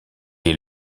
est